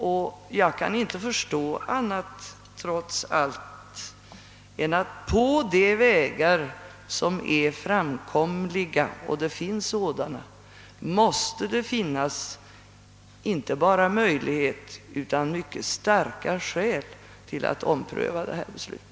Jag kan trots allt inte förstå annat än att det på de vägar som är framkomliga — det finns sådana — måste föreligga inte bara möjligheter utan mycket starka skäl till att ompröva beslutet i denna fråga.